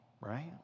right